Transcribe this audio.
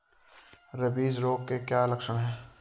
Rabies रोग के क्या लक्षण है?